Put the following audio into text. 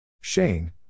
Shane